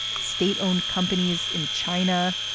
state owned companies in china.